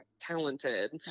talented